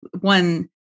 one